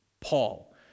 Paul